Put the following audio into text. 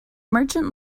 merchant